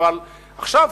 עכשיו,